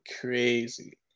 crazy